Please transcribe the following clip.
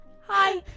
hi